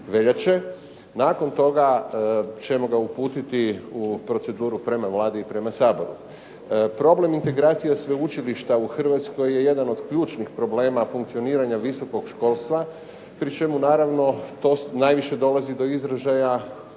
nakon toga ćemo ga uputiti u proceduru prema Vladi i prema Saboru. Problem integracije sveučilišta u Hrvatskoj je jedan od ključnih problema funkcioniranja visokog školstva pri čemu naravno to najviše dolazi do izražaja u našem